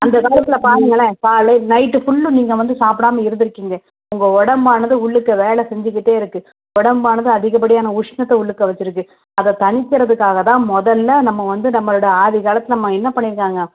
அந்தக்காலத்தில் பாருங்களேன் காலை நைட்டு ஃபுல்லும் நீங்கள் வந்து சாப்பிடாம இருந்திருக்கீங்க உங்கள் உடம்பானது உள்ளுக்கு வேலை செஞ்சுக்கிட்டேயிருக்கு உடம்பானது அதிகப்படியான உஷ்ணத்தை உள்ளுக்கு வச்சுருக்கு அதை தணிக்கிறதுக்காக தான் முதல்ல நம்ம வந்து நம்மளோடய ஆதிக்காலத்தில் நம்ம என்ன பண்ணியிருக்காங்க